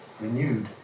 renewed